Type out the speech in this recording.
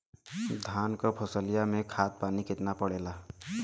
धान क फसलिया मे खाद पानी कितना पड़े ला?